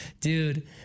Dude